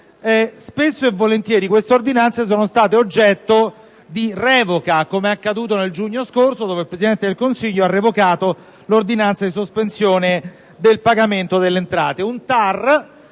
Spesso e volentieri tali provvedimenti sono stati oggetto di revoca, come è accaduto il 6 giugno scorso, quando il Presidente del Consiglio ha revocato l'ordinanza di sospensione del pagamento delle entrate. Il TAR